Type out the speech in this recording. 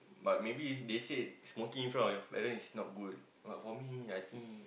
but maybe they said smoking in front of your parents is not good but for me I think